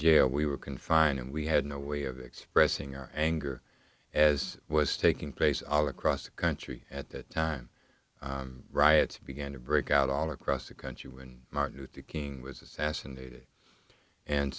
jail we were confined and we had no way of expressing our anger as was taking place all across the country at that time riots began to break out all across the country when martin luther king was assassinated and